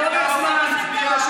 היא שלאורך זמן,